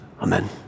amen